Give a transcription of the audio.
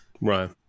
Right